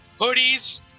hoodies